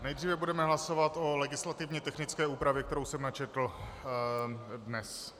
Nejdříve budeme hlasovat o legislativně technické úpravě, kterou jsem načetl dnes.